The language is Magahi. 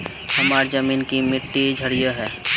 हमार जमीन की मिट्टी क्षारीय है?